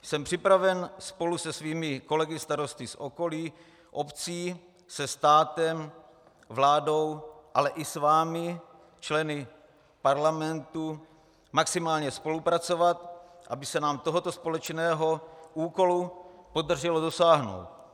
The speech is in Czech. Jsem připraven spolu se svými kolegy starosty z okolních obcí se státem, vládou, ale i s vámi, členy parlamentu, maximálně spolupracovat, aby se nám tohoto společného úkolu podařilo dosáhnout.